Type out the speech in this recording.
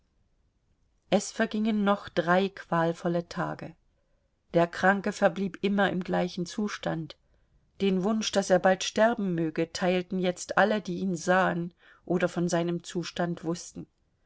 es vergingen noch drei qualvolle tage der kranke verblieb immer im gleichen zustand den wunsch daß er bald sterben möge teilten jetzt alle die ihn sahen oder von seinem zustand wußten